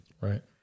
Right